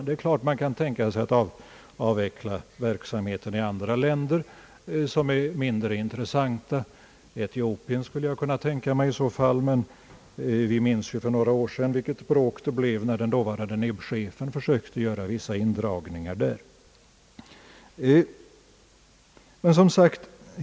Det är klart att verksamheten i andra, mindre intressanta länder kan avvecklas Etiopien skulle jag kunna tänka mig i så fall, men vi minns ju vilket bråk det blev för några år sedan när den dåvarande NIB-chefen försökte göra vissa indragningar där.